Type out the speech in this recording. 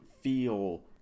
feel